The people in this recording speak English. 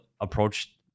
approach